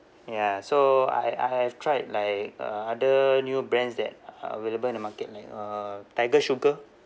ya so I ha~ I have tried like uh other new brands that are available in the market like uh tiger sugar